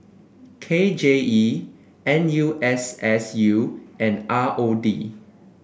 K J E N U S S U and R O D